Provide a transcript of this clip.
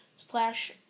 slash